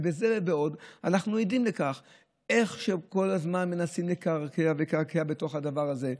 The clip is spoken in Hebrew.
ובזה ובעוד אנחנו עדים לכך שכל הזמן מנסים לקעקע ולקעקע בתוך הדבר הזה,